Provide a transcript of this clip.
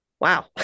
wow